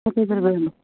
बेफोरखौ जों ओं